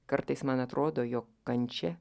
kartais man atrodo jog kančia